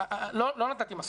לא נתתי מסקנות.